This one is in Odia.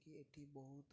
କି ଏଠି ବହୁତ